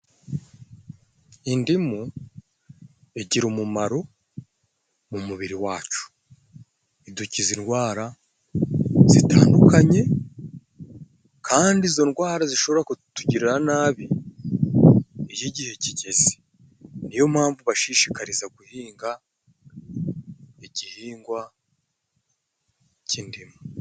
Indimu igira umumaro mu mubiri wacu. Idukiza indwara zitandukanye, kandi izo ndwara zishobora kutugirira na bi iy'igihe kigeze. Niyo mpamvu mbashishikariza guhinga igihingwa cy'indimu.